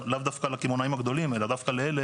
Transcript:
הודעתי בוועדה - רצו לתת לנו סיוע,